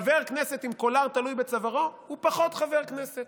חבר כנסת עם קולר תלוי בצווארו הוא פחות חבר כנסת.